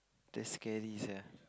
that's scary sia